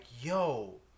yo